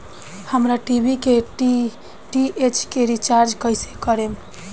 हमार टी.वी के डी.टी.एच के रीचार्ज कईसे करेम?